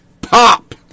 pop